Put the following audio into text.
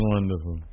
Wonderful